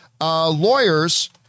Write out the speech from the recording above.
lawyers